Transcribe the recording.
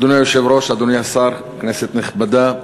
אדוני היושב-ראש, אדוני השר, כנסת נכבדה,